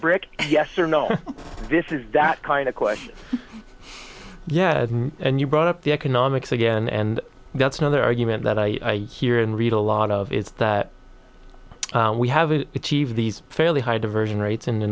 brick yes or no this is that kind of question yeah and you brought up the economics again and that's another argument that i hear and read a lot of is that we have a t v these fairly high diversion rates